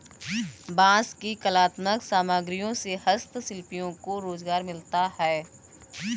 बाँस की कलात्मक सामग्रियों से हस्तशिल्पियों को रोजगार मिलता है